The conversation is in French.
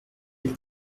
elle